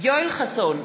יואל חסון,